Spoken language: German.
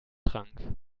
trank